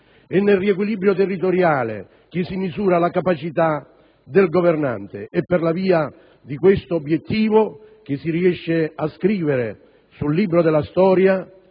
È nel riequilibrio territoriale che si misura la capacità del governante ed è per la via di questo obiettivo che ci si riesce a iscrivere sul libro della storia